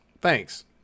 Thanks